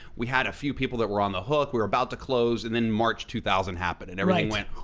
we had a few people that were on the hook, we were about to close, and then march two thousand happened right. and everything went